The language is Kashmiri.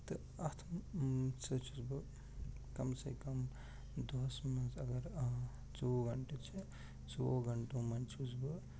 تہٕ اَتھ سۭتۍ چھُس بہٕ کم سے کم دۄہَس منٛز اگر ژۄوُہ گنٹہٕ چھِ ژۄوُہ گنٛٹَو منٛز چھُس بہٕ